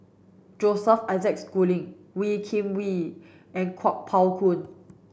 Joseph Isaac Schooling Wee Kim Wee and Kuo Pao Kun